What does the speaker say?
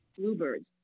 bluebirds